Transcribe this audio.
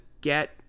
get